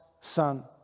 son